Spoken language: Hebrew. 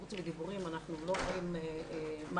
חוץ מדיבורים אנחנו לא רואים מעשים,